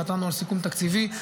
חתמנו על סיכום תקציבי.